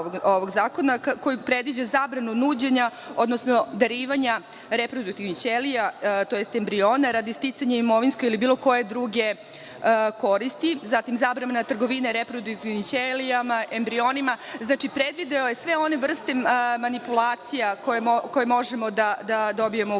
koji predviđa zabranu nuđenja, odnosno darivanja reproduktivnih ćelija, to jest embriona radi sticanja imovinske ili bilo koje druge koristi, zatim zabrana trgovine reproduktivnim ćelijama, embrionima. Znači, predvideo je sve one vrste manipulacija koje možemo da dobijemo u